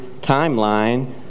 timeline